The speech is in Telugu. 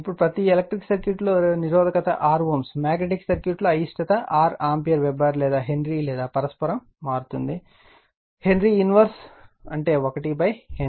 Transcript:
ఇప్పుడు ప్రతి ఎలక్ట్రిక్ సర్క్యూట్లో ప్రతిఘటన R Ω మాగ్నెటిక్ సర్క్యూట్లో అయిష్టత R ఆంపియర్ వెబెర్ లేదా హెన్రీ లేదా పరస్పరం మారుతుంది హెన్రీ 1 అంటే 1 హెన్రీ